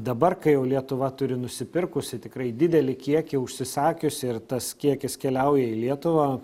dabar kai jau lietuva turi nusipirkusi tikrai didelį kiekį užsisakiusi ir tas kiekis keliauja į lietuvą